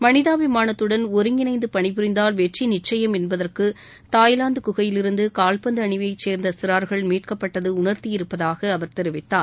மனிதாபிமானத்துடன் ஒருங்கிணைந்து பணிபுரிந்தால் வெற்றி நிச்சயம் என்பதற்கு தாய்லாந்து குகையிலிருந்து கால்பந்து அணியைச் சேர்ந்த சிறார்கள் மீட்கப்பட்டது உணர்த்தியிருப்பதாக அவர் தெரிவித்தார்